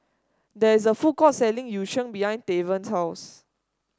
there is a food court selling Yu Sheng behind Tavon's house